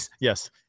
Yes